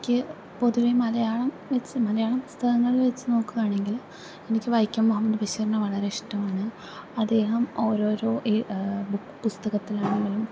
ക്ക് പൊതുവെ മലയാളം വെച്ച് മലയാളം പുസ്തകങ്ങളില് വെച്ച് നോക്കുകയാണെങ്കിൽ എനിക്ക് വൈക്കം മുഹമ്മദ് ബഷീറിനെ വളരെ ഇഷ്ടമാണ് അദ്ദേഹം ഓരോരോ ബുക്ക് പുസ്തകത്തിനാണെങ്കിലും